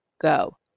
go